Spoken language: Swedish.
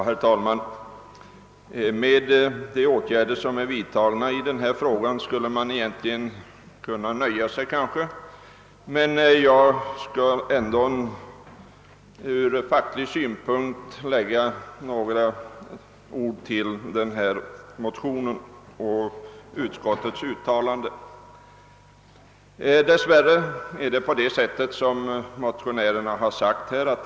Herr talman! Med de åtgärder som är vidtagna på det aktuella området skulle man kanske kunna åtnöjas, men jag vill ändå från facklig synpunkt tilllägga några ord om motionerna och utskottets uttalande. Tyvärr är det så som motionärerna framhåller, att.